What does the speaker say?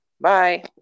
Bye